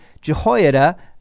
Jehoiada